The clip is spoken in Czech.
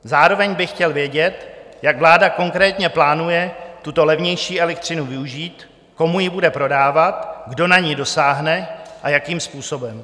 Zároveň bych chtěl vědět, jak vláda konkrétně plánuje tuto levnější elektřinu využít, komu ji bude prodávat, kdo na ni dosáhne a jakým způsobem?